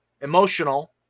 Emotional